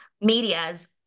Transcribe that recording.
Media's